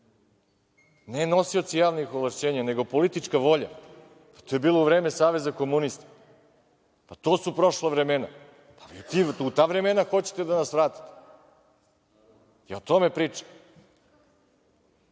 ne nosioci javnih ovlašćenja nego politička volja. To je bilo u vreme saveza komunista. To su prošla vremena. U ta vremena hoćete da nas vratite. O tome pričam. To